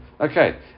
Okay